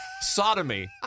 sodomy